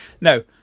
No